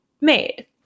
made